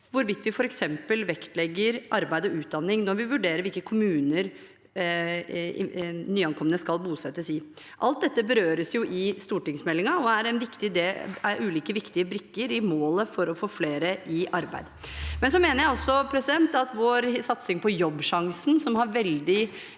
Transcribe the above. hvorvidt vi f.eks. vektlegger arbeid og utdanning når vi vurderer hvilke kommuner nyankomne skal bosettes i. Alt dette berøres i stortingsmeldingen og er ulike viktige brikker i målet om å få flere i arbeid. Jeg mener også at vår satsing på Jobbsjansen, som har veldig